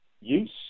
use